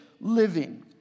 living